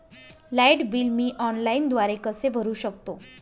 Light bill मी ऑनलाईनद्वारे कसे भरु शकतो?